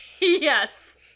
Yes